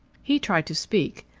he tried to speak,